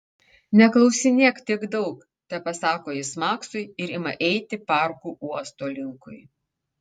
neklausinėk tiek daug tepasako jis maksui ir ima eiti parku uosto linkui